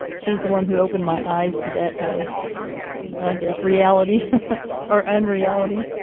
she's the one who opened my eyes to that kind of and i guess reality or unreality.